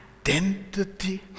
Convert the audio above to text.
identity